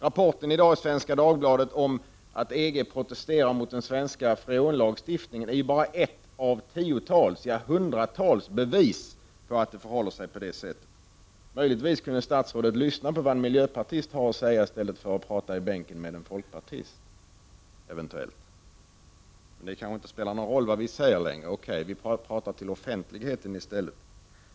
Rapporten i Svenska Dagbladet i dag om att EG protesterar mot den svenska freonlagstiftningen är bara en av tiotals, ja, hundratals, bevis för att det förhåller sig på det sättet. Möjligtvis kunde statsrådet lyssna på vad en miljöpartist har att säga i stället för att prata med en folkpartist! Men det kanske inte spelar någon roll vad vi säger längre. Okej, vi pratar till offentligheten i stället.